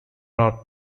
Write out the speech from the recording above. are